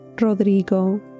Rodrigo